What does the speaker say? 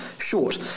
short